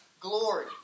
glory